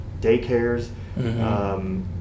daycares